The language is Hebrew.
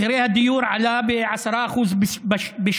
מחירי הדיור עלו ב-10% בשנה.